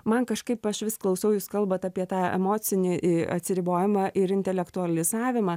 man kažkaip aš vis klausau jūs kalbat apie tą emocinį atsiribojimą ir intelektualizavimą